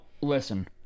listen